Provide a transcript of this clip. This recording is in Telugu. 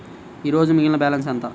ఈరోజు మిగిలిన బ్యాలెన్స్ ఎంత?